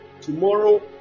Tomorrow